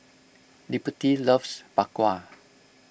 Liberty loves Bak Kwa